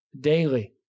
daily